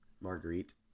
marguerite